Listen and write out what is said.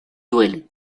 duelen